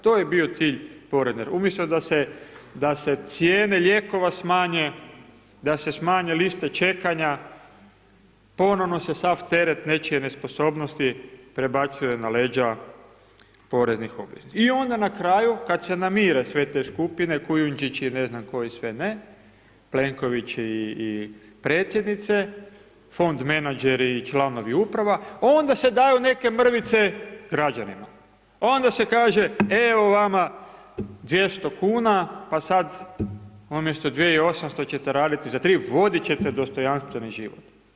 To je bio cilj porezne umjesto da se cijene lijekova smanje, da se smanje liste čekanja, ponovno se sav teret nečije nesposobnosti prebacuje na leđa poreznih obveznika i onda na kraju kad se namire sve te skupine, Kujundžić i ne znam koje sve ne, Plenković i Predsjednice, fond menadžeri i članovi uprava, onda se daju neke mrvice građanima, onda se kaže evo vama 200 kuna pa sad umjesto 2800 ćete raditi za 3, voditi ćete dostojanstveni život.